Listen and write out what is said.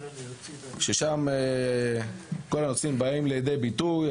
ששם כל הנושאים באים לידי ביטוי.